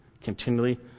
continually